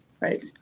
right